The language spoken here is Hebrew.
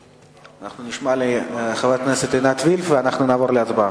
אנחנו נשמע את חברת הכנסת עינת וילף ואנחנו נעבור להצבעה.